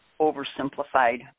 oversimplified